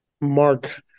Mark